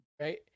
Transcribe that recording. Right